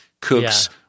cooks